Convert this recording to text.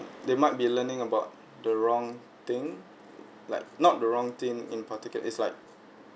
they might be learning about the wrong thing like not the wrong thing in particular it's like